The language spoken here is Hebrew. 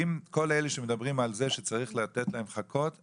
כל אלה שמדברים על זה שצריך לתת להם חכות,